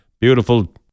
beautiful